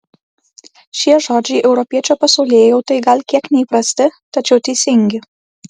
šie žodžiai europiečio pasaulėjautai gal kiek neįprasti tačiau teisingi